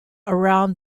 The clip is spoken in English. around